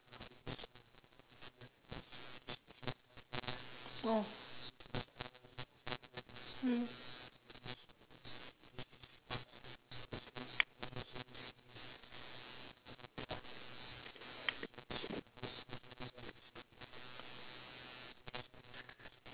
oh mm